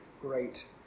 great